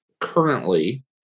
currently